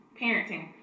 parenting